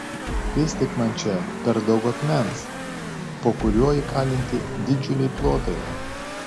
vis tik man čia per daug akmens po kuriuo įkalinti didžiuliai plotai